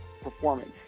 performance